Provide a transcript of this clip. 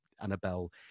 annabelle